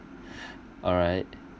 alright